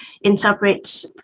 interpret